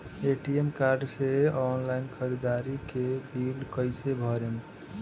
ATM card से online ख़रीदारी के बिल कईसे भरेम?